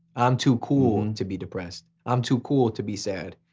i'm too cool to be depressed. i'm too cool to be sad.